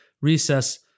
recess